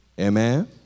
Amen